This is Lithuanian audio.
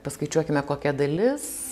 paskaičiuokime kokia dalis